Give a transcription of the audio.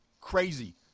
crazy